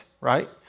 right